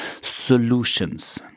solutions